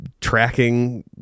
tracking